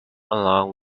along